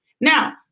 Now